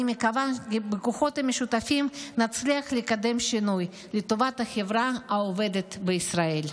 אני מקווה שבכוחות משותפים נצליח לקדם שינוי לטובת החברה העובדת בישראל.